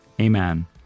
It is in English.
amen